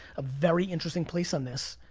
a very interesting place on this.